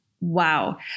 wow